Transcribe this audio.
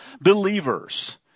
believers